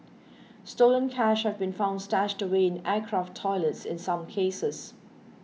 stolen cash have been found stashed away in aircraft toilets in some cases